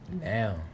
now